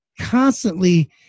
constantly